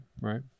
right